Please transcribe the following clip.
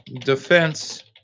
Defense